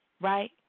Right